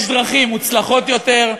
יש דרכים מוצלחות יותר,